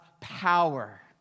power